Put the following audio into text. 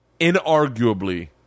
inarguably